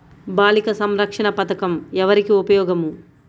బాలిక సంరక్షణ పథకం ఎవరికి ఉపయోగము?